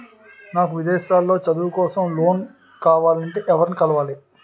నాకు విదేశాలలో చదువు కోసం లోన్ కావాలంటే ఎవరిని కలవాలి?